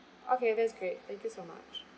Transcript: okay that's great thank you so much